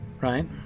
right